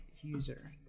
user